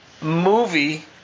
movie